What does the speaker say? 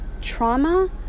trauma